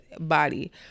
body